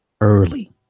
early